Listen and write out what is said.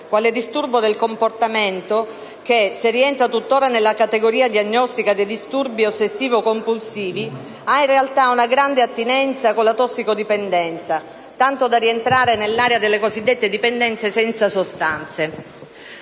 quale disturbo del comportamento che, anche se rientra tuttora nella categoria diagnostica dei disturbi ossessivo-compulsivi, ha in realtà una grande attinenza con la tossicodipendenza, tanto da rientrare nell'area delle cosiddette dipendenze senza sostanze.